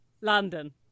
London